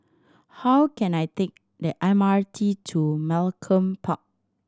how can I take the M R T to Malcolm Park